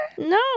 No